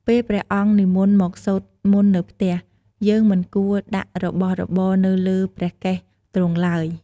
ពេលព្រះអង្គនិមន្តមកសូត្រមន្តនៅផ្ទះ យើងមិនគួរដាក់របស់របរនៅលើព្រះកេសទ្រង់ឡើយ។